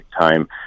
time